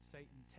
Satan